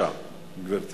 הצעות לסדר-היום מס'